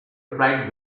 replied